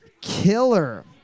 killer